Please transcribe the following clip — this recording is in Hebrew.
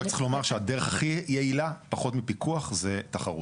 רק צריך לומר שהדרך הכי יעילה פחות מפיקוח זה תחרות.